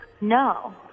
No